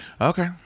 Okay